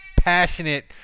passionate –